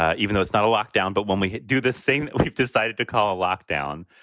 ah even though it's not a lockdown, but when we do the thing we've decided to call lockdown,